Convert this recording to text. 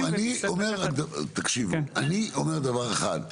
ברור, תקשיבו, אני אומר דבר אחד.